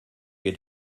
wir